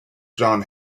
john